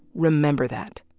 remember that.